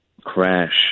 crash